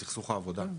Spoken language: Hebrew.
בסכסוך עבודה,